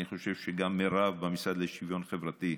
אני חושב שגם אצל מירב במשרד לשוויון חברתי,